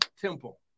temple